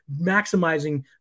maximizing